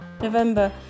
November